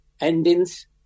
endings